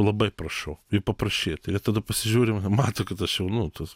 labai prašau paprašyt ir jie tada pasižiūri mane mato kad aš jau nu toks